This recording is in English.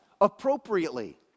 appropriately